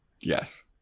Yes